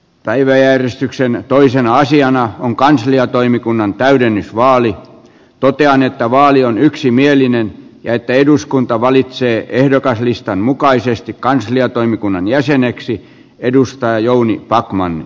päiväjärjestyksemme toisena asiana on kansliatoimikunnan täydennysvaali totean että vaali on yksimielinen ja että eduskunta valitsee ehdokaslistan mukaisesti kansliatoimikunnan jäseneksi edustaja jouni backmanin